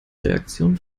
reaktion